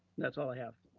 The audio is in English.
that's all i have.